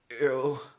ew